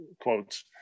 Quotes